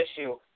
issue